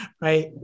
right